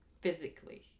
physically